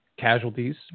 casualties